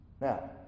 now